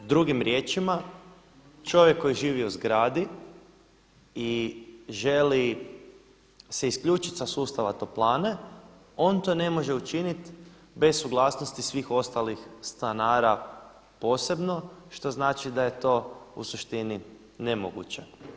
Drugim riječima, čovjek koji živi u zgradi i želi se isključiti sa sustava toplane on to ne može učiniti bez suglasnosti svih ostalih stanara posebno što znači da je to u suštini nemoguće.